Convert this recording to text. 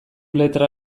letra